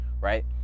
Right